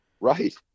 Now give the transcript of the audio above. Right